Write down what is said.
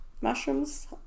mushrooms